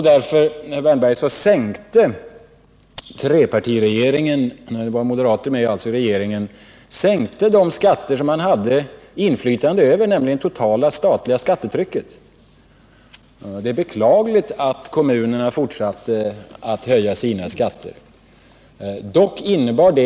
Därför, herr Wärnberg, sänkte trepartiregeringen — alltså den regering där det var moderater med — de skatter man hade inflytande över, nämligen det totala statliga skattetrycket. Det är beklagligt att kommunerna fortsatt att höja sina skatter.